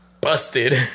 busted